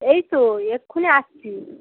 এই তো এক্ষুনি আসছি